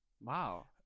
Wow